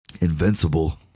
Invincible